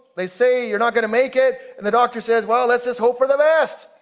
they say you're not gonna make it and the doctor says, well, let's just hope for the best.